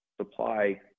supply